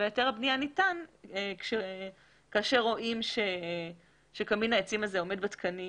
והיתר הבנייה ניתן כאשר רואים שקמין העצים עומד בתקנים.